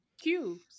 cubes